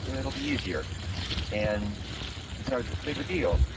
ah it'll be easier and it's not as big of a deal.